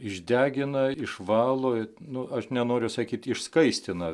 išdegina išvalo nu aš nenoriu sakyt išskaistina